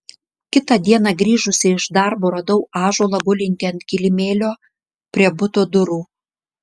kitą dieną grįžusi iš darbo radau ąžuolą gulintį ant kilimėlio prie buto durų